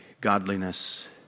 godliness